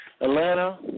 Atlanta